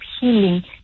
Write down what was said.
healing